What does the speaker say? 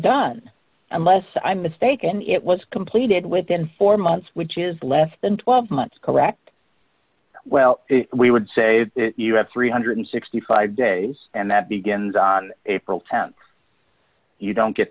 done unless i'm mistaken it was completed within four months which is less than twelve months correct well we would say that you have three hundred and sixty five dollars days and that begins on april th you don't get